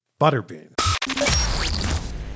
Butterbean